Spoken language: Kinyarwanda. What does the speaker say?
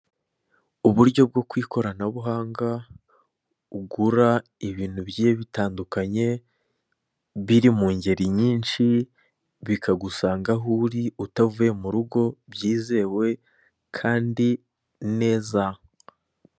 Uburyo bwo ku ikoranabuhanga ugura ibintu bigiye bitandukanye biri mu ngeri nyinshi bikagusanga aho uri utavuye mu rugo byizewe kandi neza.